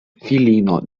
filino